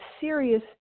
serious